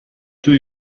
توی